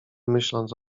myśląc